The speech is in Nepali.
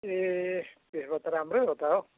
ए त्यसो भए त राम्रो हो त हौ